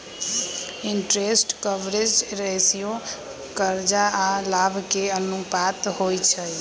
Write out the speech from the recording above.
interest coverage ratio करजा आऽ लाभ के अनुपात होइ छइ